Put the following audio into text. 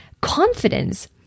confidence